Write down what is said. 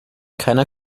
keiner